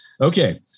okay